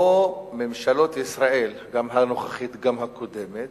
שבו ממשלות ישראל, גם הנוכחית וגם הקודמת,